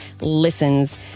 listens